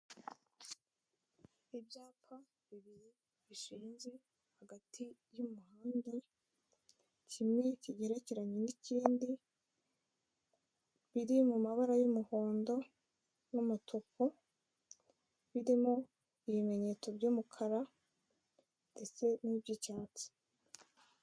Ibyapa bibiri bishinze hagati y'umuhanda kimwe kigerekeranye n'ikindi biri mu mabara y'umuhondo n'umutuku birimo ibimenyetso by'umukara ndetse n'iby'icyatsi.